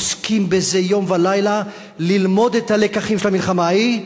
עוסקים בזה יום ולילה ללמוד את הלקחים של המלחמה ההיא,